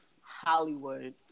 Hollywood